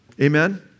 Amen